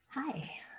Hi